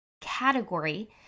category